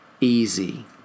easy